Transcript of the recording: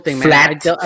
Flat